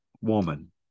woman